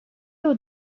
aux